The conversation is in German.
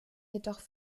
jedoch